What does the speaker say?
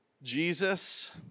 Jesus